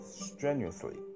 strenuously